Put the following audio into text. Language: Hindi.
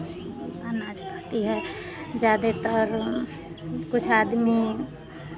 अनाज खाती है ज़्यादेतर कुछ आदमी